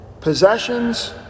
possessions